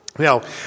Now